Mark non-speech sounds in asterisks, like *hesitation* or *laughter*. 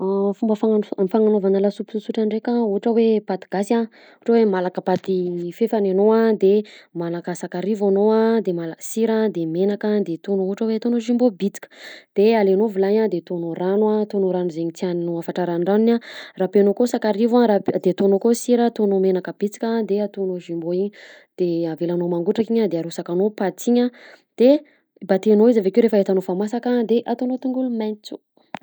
*hesitation* Fomba fahandr- fagnanaovana lasopy sosotrotra dreky a ohatra hoe paty gasy a ohatra hoe malaka paty fefany enao de malaka sakarivo anao a, de mala- sira de menaka de ataona ohatra hoe ataonao jumbo bitika de alainao vilany a de ataonao ragno a ataonao ragno zegny tiànao afatra ranondranony a, rapenao ko sakarivo a de ataonao akao sira ataonao menaky bitiky ataonao jumbo iny de avelanao mangotraka iny a de arosakanao paty iny a, de batenao izy avakeo rehefa itanao fa masaka de ataonao tongolo maintso.